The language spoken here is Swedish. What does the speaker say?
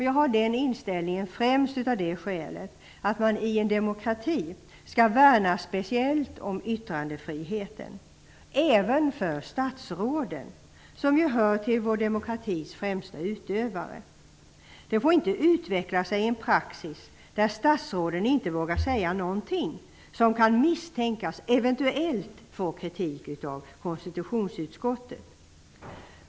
Jag har den inställningen främst av det skälet att man i en demokrati speciellt skall värna om yttrandefriheten, även för statsråden som ju hör till vår demokratis främsta utövare. Det får inte utvecklas en praxis där statsråden inte vågar säga någonting som kan misstänkas eventuellt få kritik av konstitutionsutskottet.